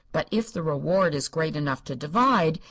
but if the reward is great enough to divide,